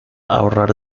ahorrar